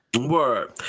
Word